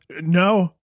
No